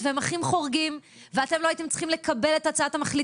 ומטפלים נוספים שיודעים לתת את השירות הזה.